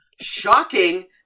Shocking